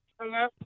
Hello